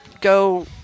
go